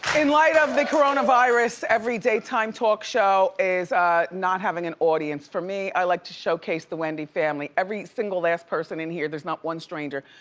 in light of the coronavirus, every daytime talk show is not having an audience. for me, i like to showcase the wendy family. every single last person in here, there's not one stranger.